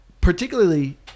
Particularly